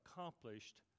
accomplished